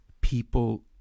people